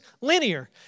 linear